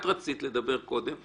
את רצית לדבר קודם.